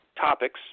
topics